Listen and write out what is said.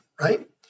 right